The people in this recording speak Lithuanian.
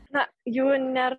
na jų nėr